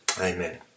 Amen